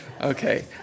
Okay